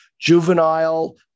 juvenile